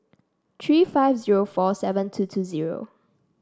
three five zero four seven two two zero